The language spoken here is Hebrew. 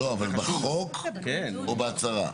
לא אבל בחוק או בהצהרה?